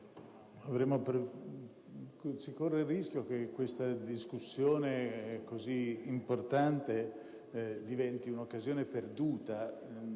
si corre il rischio che questa discussione così importante diventi un'occasione perduta